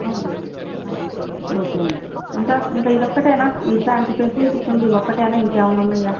okay అండి ఇంకా ఇంకా ఇది ఒక్కటేనా ఇట్లాంటి ఫెసిలిటీస్ ఉంది ఇది ఒక్కటైనా ఇంకా ఎమన్నా ఉన్నాయా